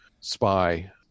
spy